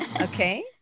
okay